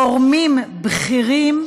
גורמים בכירים